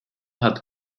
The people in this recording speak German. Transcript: hat